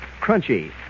crunchy